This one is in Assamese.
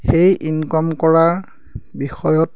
সেই ইনকম কৰাৰ বিষয়ত